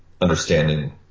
understanding